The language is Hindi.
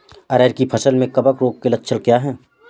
अरहर की फसल में कवक रोग के लक्षण क्या है?